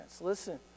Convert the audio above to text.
Listen